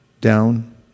down